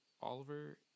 Oliver